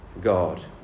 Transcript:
God